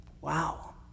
Wow